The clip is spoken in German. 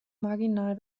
marginal